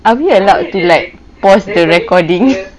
are we allowed to like pause the recording